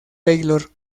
taylor